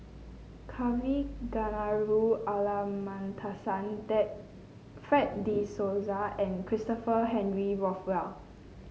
Kavignareru Fred De Souza and Christopher Henry Rothwell